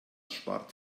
spart